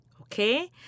Okay